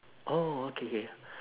oh okay K